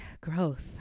growth